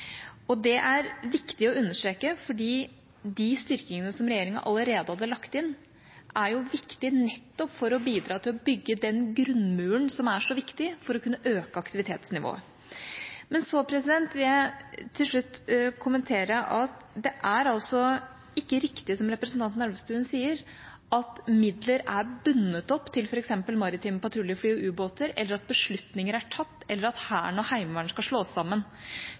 Det er det viktig å understreke, fordi de styrkingene som regjeringa allerede hadde lagt inn, har mye å si for nettopp å bidra til å bygge den grunnmuren som er så viktig for å kunne øke aktivitetsnivået. Så vil jeg til slutt kommentere at det ikke er riktig, det som representanten Elvestuen sier, at midler er bundet opp til f.eks. maritime patruljefly og ubåter, at beslutninger er tatt, eller at Hæren og Heimevernet skal slås sammen.